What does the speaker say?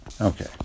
Okay